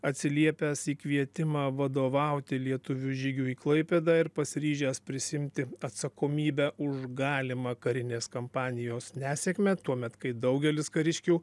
atsiliepęs į kvietimą vadovauti lietuvių žygiui į klaipėdą ir pasiryžęs prisiimti atsakomybę už galimą karinės kampanijos nesėkmę tuomet kai daugelis kariškių